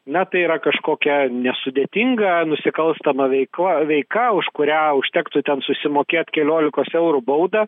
na tai yra kažkokia nesudėtinga nusikalstama veikla veika už kurią užtektų ten susimokėt keliolikos eurų baudą